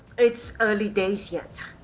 it's early days yet.